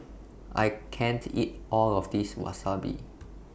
I can't eat All of This Wasabi